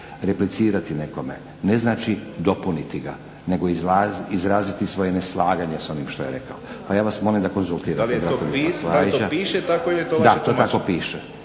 replicirati nekome ne znači dopuniti ga, nego izraziti svoje neslaganje s onim što je rekao pa ja vas molim da konzultirate … /Govornici govore